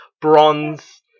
bronze